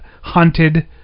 hunted